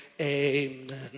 amen